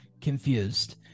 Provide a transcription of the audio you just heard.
confused